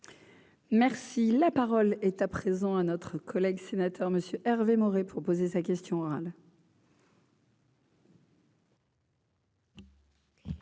Merci, la parole est à présent à notre collègue sénateur Monsieur Hervé Maurey pour poser sa question orale.